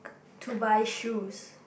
to buy shoes